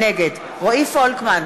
נגד רועי פולקמן,